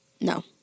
No